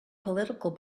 political